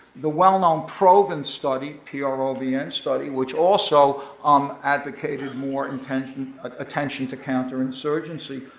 the well know um provn and study, p r o v n study, which also um advocated more attention ah attention to counterinsurgency,